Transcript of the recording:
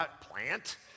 plant